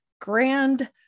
grand